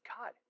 God